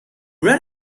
ran